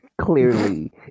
clearly